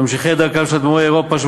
ממשיכי דרכם של אדמו"רי אירופה,